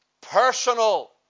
personal